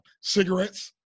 Cigarettes